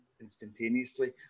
instantaneously